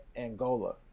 angola